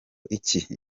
iki